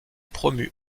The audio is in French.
promue